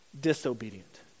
disobedient